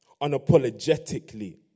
unapologetically